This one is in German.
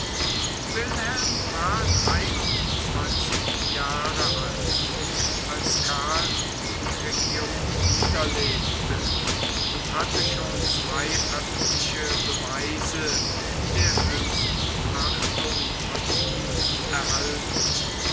wilhelm war dreiundzwanzig jahre alt als karl die regierung niederlegte und hatte schon zwei öffentliche beweise der höchsten achtung von ihm erhalten